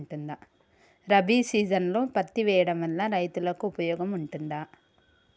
రబీ సీజన్లో పత్తి వేయడం వల్ల రైతులకు ఉపయోగం ఉంటదా?